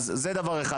אז זה דבר אחד,